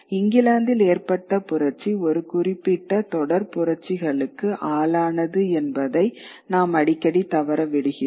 இங்கிலாந்தில் ஏற்பட்ட புரட்சி ஒரு குறிப்பிட்ட தொடர் புரட்சிகளுக்கு ஆளானது என்பதை நாம் அடிக்கடி தவற விடுகிறோம்